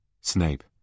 Snape